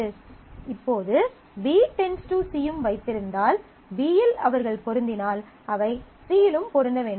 இப்போது B → C யும் வைத்திருந்தால் B இல் அவர்கள் பொருந்தினால் அவை C இலும் பொருந்த வேண்டும்